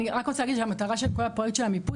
אני רק רוצה להגיד שהמטרה של כל הפרויקט של המיפוי